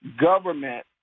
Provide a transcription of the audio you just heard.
government